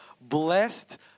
Blessed